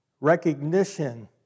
recognition